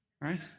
right